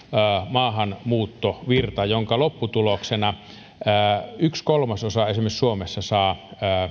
maahanmuuttovirta jonka lopputuloksena esimerkiksi suomessa yksi kolmasosa saa